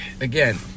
again